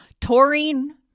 Taurine